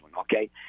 okay